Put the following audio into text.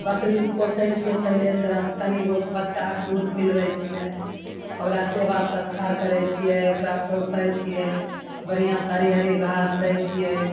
बकरीके पोसै छिए पहिले तऽ तनि गो से बच्चाके दूध पिलबै छिए ओकरा सेवा सत्कार करै छिए ओकरा पोसै छिए बढ़िआँसे हरी हरी घास दै छिए